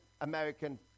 american